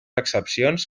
excepcions